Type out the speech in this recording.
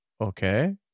Okay